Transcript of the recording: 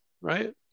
right